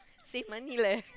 save money lah